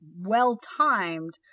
well-timed